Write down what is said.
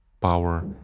power